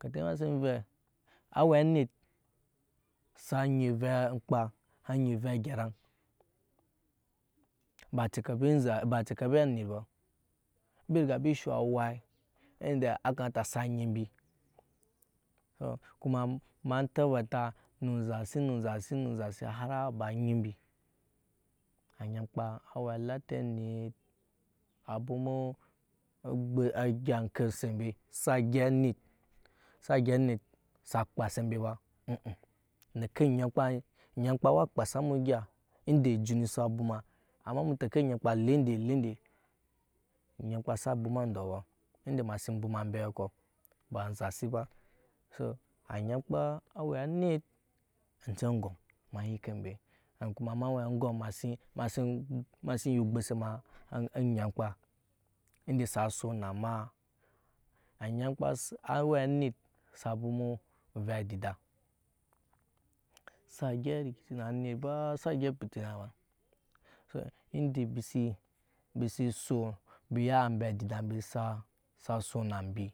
Kete ema sin vɛ awe anit sa nyi ovɛ ankpa sa nyi ovɛ ageraŋ ba cekebi anit ba embi riga mbi sho awa ende a kamata sa nyi mbi kuma ema tabata ne enzasi ne enzasi hari aba nyi mbi anyam ka awe alate anit abwoma egya eŋke ese mbe sa gyɛp onit sa kpase mbe ba neke nyamkpa nyamkpa a kpasa emu egya ende ejut eni si bwoma amma mu teke onyamkpa a lee nde lee nde onyankpa sa bwoma ndɔ ba ende ema sin bwoma embe kɔba enza si ba anyamkpa awe anit anje angoma ema yike mbe an kuma ma we aŋgom ema si yu ogbose ma anyan kpa ende sa son n ma anyamkpa awe anit sa bwoma ovɛ adida sa gyɛp rikici na anit baa sa gyɛp pitina ba so ende mibi si son embi ya ambe abida mbi sa son na ambi